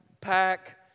pack